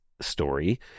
story